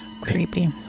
creepy